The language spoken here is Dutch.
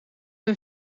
een